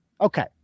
Okay